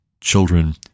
children